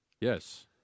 yes